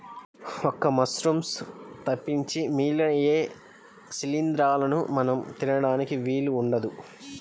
ఒక్క మశ్రూమ్స్ తప్పించి మిగిలిన ఏ శిలీంద్రాలనూ మనం తినడానికి వీలు ఉండదు